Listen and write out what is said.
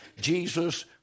Jesus